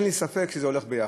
אין לי ספק שזה הולך ביחד.